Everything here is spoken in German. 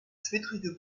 zwittrige